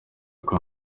uko